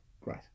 Great